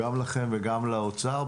גם לכם וגם לאוצר,